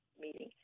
meeting